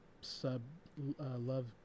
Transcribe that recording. sub-love